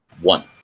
one